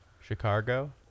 chicago